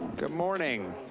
good morning.